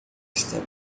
está